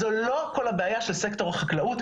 זו לא כל הבעיה של סקטור החקלאות,